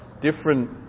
different